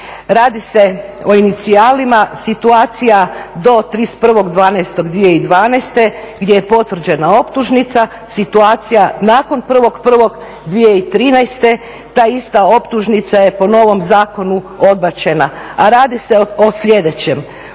Radi se o inicijalima, situacija do 31.12.2012. gdje je potvrđena optužnica, situacija nakon 1.01.2013. ta ista optužnica je po novom zakonu odbačena, a radi se o sljedećem: